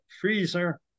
freezer